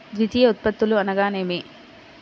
ద్వితీయ ఉత్పత్తులు అనగా నేమి?